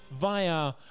via